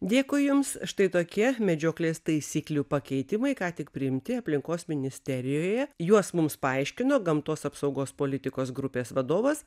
dėkui jums štai toki medžioklės taisyklių pakeitimai ką tik priimti aplinkos ministerijoje juos mums paaiškino gamtos apsaugos politikos grupės vadovas